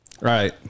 right